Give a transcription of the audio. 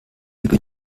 über